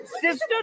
Sister